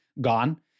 gone